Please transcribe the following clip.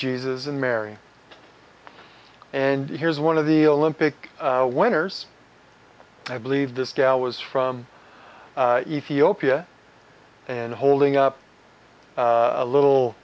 jesus and mary and here's one of the olympic winners i believe this gal was from ethiopia and holding up a little